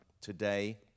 today